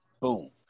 boom